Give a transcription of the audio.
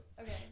Okay